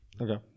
Okay